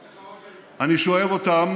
אוה, אני שואב אותם